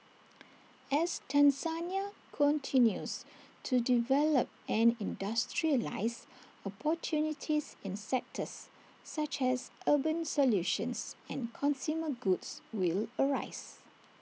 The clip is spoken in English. as Tanzania continues to develop and industrialise opportunities in sectors such as urban solutions and consumer goods will arise